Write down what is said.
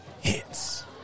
hits